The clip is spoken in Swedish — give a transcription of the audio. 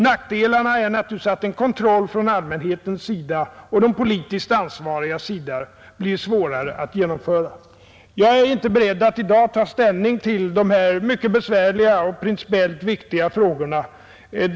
Nackdelarna är naturligtvis att en kontroll från allmänhetens och de politiskt ansvarigas sida blir svårare att genomföra. Jag är inte beredd att i dag ta ställning till dessa mycket besvärliga och principiellt viktiga frågor.